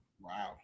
Wow